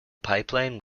pipeline